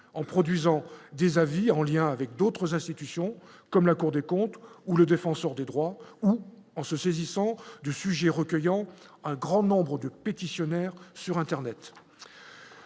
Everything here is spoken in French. en produisant des avis en lien avec d'autres institutions comme la Cour des comptes ou le défenseur des droits ou en se saisissant de sujet recueillant un grand nombre de pétitionnaires sur Internet,